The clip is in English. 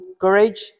courage